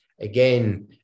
again